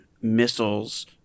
missiles